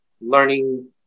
learning